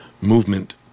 movement